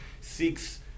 seeks